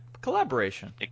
collaboration